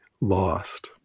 lost